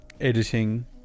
editing